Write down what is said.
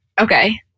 Okay